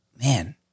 man